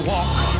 walk